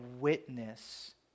witness